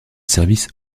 service